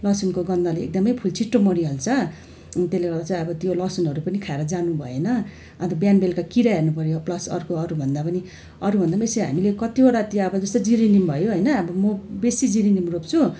लसुनको गन्धले एकदमै फुल छिट्टो मरिहाल्छ अनि त्यसले गर्दा चाहिँ अब त्यो लसुनहरू पनि खाएर जानु भएन अन्त बिहान बेलुका कीरा हेर्नु पर्यो प्लस अर्को अरू भन्दा पनि अरू भन्दा बेसी हामीले कतिवटा त्यहाँ अब जस्तो जिरेनियम भयो होइन अब म बेसी जिरेनियम रोप्छु